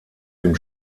dem